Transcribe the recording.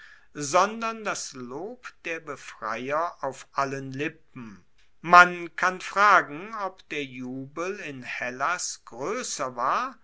sondern das lob der befreier auf allen lippen man kann fragen ob der jubel in hellas groesser war